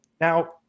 Now